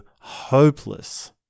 hopeless